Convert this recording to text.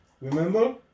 Remember